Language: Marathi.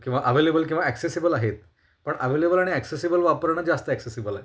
किंवा आव्हेलेबल किंवा ॲक्सेसिबल आहेत पण ॲव्हेलेबल आणि ॲक्सेसिबल वापरणं जास्त ॲक्सेसिबल आहे